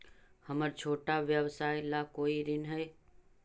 हमर छोटा व्यवसाय ला कोई ऋण हई?